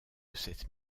cette